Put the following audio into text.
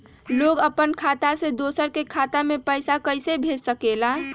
लोग अपन खाता से दोसर के खाता में पैसा कइसे भेज सकेला?